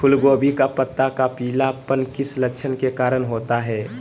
फूलगोभी का पत्ता का पीलापन किस लक्षण के कारण होता है?